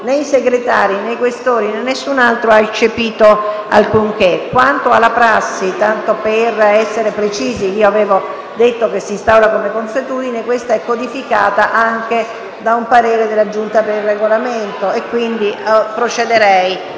Segretari, né i Questori, né altri hanno eccepito alcunché. Quanto alla prassi, tanto per essere precisi, io avevo detto che si instaura come consuetudine e questa è codificata anche da un parere della Giunta per il Regolamento. In considerazione